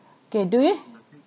okay do you